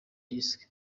disk